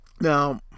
Now